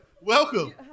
Welcome